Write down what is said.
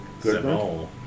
Good